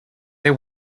they